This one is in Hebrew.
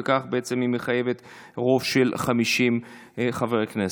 וכך בעצם היא מחייבת רוב של 50 חברי כנסת.